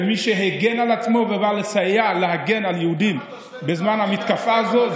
ומי שהגן על עצמו ובא לסייע להגן על יהודים בזמן המתקפה הזאת,